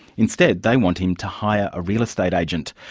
instead, they want him to hire a real estate agent.